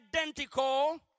identical